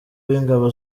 w’ingabo